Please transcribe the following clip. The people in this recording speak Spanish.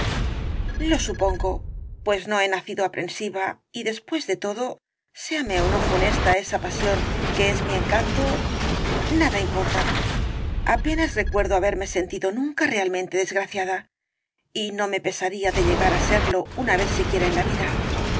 lo supongo pues no he nacido aprensiva y después de todo séame ó no funesta esa pasión que es mi encanto nada importa apenas recuerdo haberme sentido nunca realmente desgraciada y no me pesaría de llegar á serlo una vez siquiera en la vida